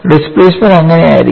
displacement അങ്ങനെയായിരിക്കണം